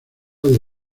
del